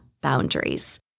boundaries